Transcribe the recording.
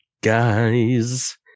Guys